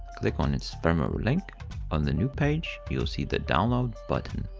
click on its firmware link on the new page, you'll see the download button.